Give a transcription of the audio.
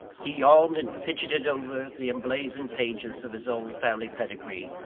he yawned and fidgetted over the emblazoned pages of his own family pedigree,